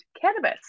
cannabis